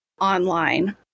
online